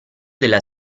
della